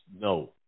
no